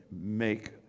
make